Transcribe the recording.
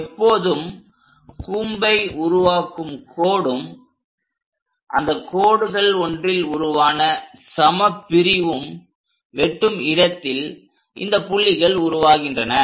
எப்போதும் கூம்பை உருவாக்கும் கோடும்அந்த கோடுகள் ஒன்றில் உருவான சமபிரிவும் வெட்டும் இடத்தில் இந்த புள்ளிகள் உருவாகின்றன